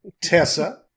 Tessa